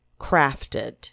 crafted